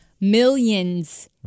millions